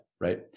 right